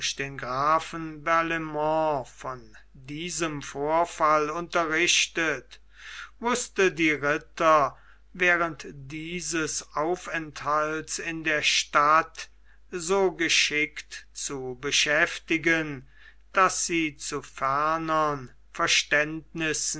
den grafen barlaimont von diesem vorfall unterrichtet wußte die ritter während ihres aufenthalts in der stadt so geschickt zu beschäftigen daß sie zu fernern verständnissen